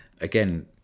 Again